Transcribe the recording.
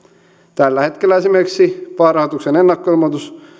tällä hetkellä esimerkiksi vaalirahoituksen ennakkoilmoitus